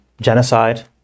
genocide